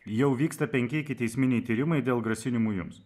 jau vyksta penki ikiteisminiai tyrimai dėl grasinimų jums